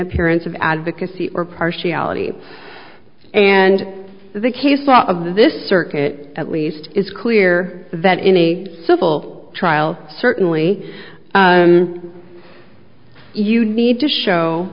appearance of advocacy or partiality and the case law of this circuit at least is clear that in a civil trial certainly you need to show